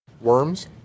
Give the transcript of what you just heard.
Worms